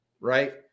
Right